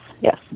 yes